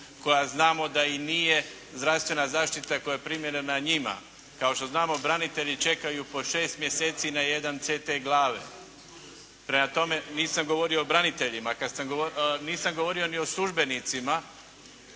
koja znamo da i nije zdravstvena zaštita koja je primjerena njima. Kao što znamo branitelji čekaju po šest mjeseci na jedan CT glave. Prema tome, nisam govorio o braniteljima, nisam govorio ni o službenicima.